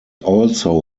also